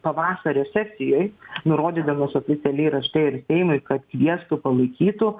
pavasario sesijoj nurodydamas oficialiai rašte ir seimui kad kviestų palaikytų